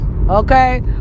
Okay